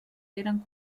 eren